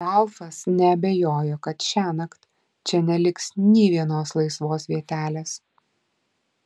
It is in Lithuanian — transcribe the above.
ralfas neabejojo kad šiąnakt čia neliks nė vienos laisvos vietelės